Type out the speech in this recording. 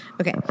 Okay